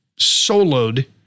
soloed